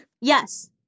Yes